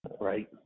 Right